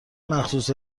مخصوص